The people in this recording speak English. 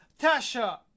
Tasha